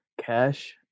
cash